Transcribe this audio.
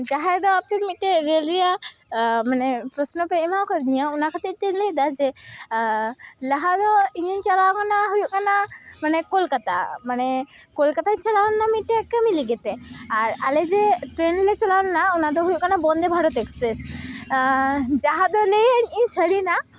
ᱡᱟᱦᱟᱸᱭ ᱫᱚ ᱟᱯᱮ ᱢᱤᱫᱴᱮᱡ ᱨᱮᱹᱞ ᱯᱨᱚᱥᱱᱚ ᱯᱮ ᱮᱢᱟ ᱠᱟᱣᱫᱤᱧᱟ ᱚᱱᱟ ᱠᱷᱟᱹᱛᱤᱨ ᱛᱤᱧ ᱞᱟᱹᱭᱫᱟ ᱡᱮ ᱞᱟᱦᱟ ᱫᱚ ᱤᱧᱤᱧ ᱪᱟᱞᱟᱣ ᱠᱟᱱᱟ ᱦᱩᱭᱩᱜ ᱠᱟᱱᱟ ᱠᱳᱞᱠᱟᱛᱟ ᱢᱟᱱᱮ ᱠᱳᱞᱠᱟᱛᱟᱧ ᱪᱟᱞᱟᱣ ᱞᱮᱱᱟ ᱢᱤᱫᱴᱮᱡ ᱠᱟᱹᱢᱤ ᱞᱟᱹᱜᱤᱫ ᱛᱮ ᱟᱴ ᱟᱞᱮ ᱡᱮ ᱴᱨᱮᱱ ᱛᱮᱞᱮ ᱪᱟᱞᱟᱣ ᱞᱮᱱᱟ ᱚᱱᱟᱫᱚ ᱦᱩᱭᱩᱜ ᱠᱟᱱᱟ ᱵᱚᱱᱫᱮ ᱵᱷᱟᱨᱚᱛ ᱮᱠᱥᱯᱨᱮᱥ ᱡᱟᱦᱟᱸ ᱞᱟᱹᱭᱟᱹᱧ ᱤᱧ ᱥᱟᱹᱨᱤᱱᱟᱜ